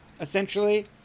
essentially